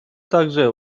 также